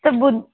त ॿु